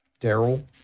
Daryl